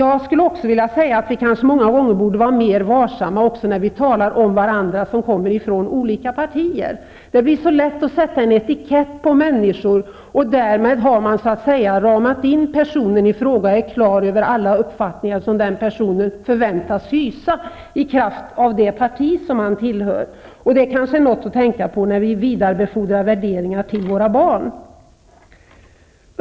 Jag skulle också vilja säga att vi kanske många gånger även borde vara mer varsamma när vi kommer från olika partier och talar om varandra. Det är så lätt att sätta en etikett på människor, och därmed har man ramat in personen i fråga och är på det klara med alla uppfattningar som den personen förväntas hysa i kraft av det parti som han tillhör. Det kanske är något att tänka på när vi vidarebefordrar värderingar till våra barn.